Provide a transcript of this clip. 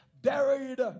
buried